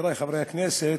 חברי חברי הכנסת,